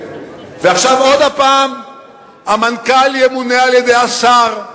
ועכשיו עוד הפעם המנכ"ל ימונה על-ידי השר,